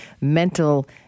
mental